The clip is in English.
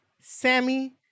Sammy